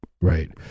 Right